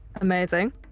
Amazing